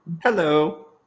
Hello